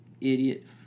idiot